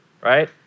right